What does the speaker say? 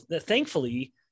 thankfully